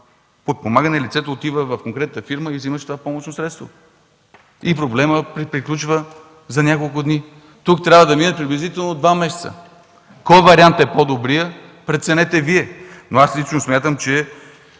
подпомагане” лицето отива в конкретната фирма и взима това помощно средство и проблемът приключва за няколко дни. Тук трябва да минат приблизително два месеца. Кой вариант е по-добрият, преценете Вие. Но аз лично смятам, че